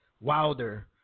Wilder